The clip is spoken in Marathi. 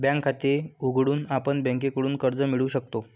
बँक खाते उघडून आपण बँकेकडून कर्ज मिळवू शकतो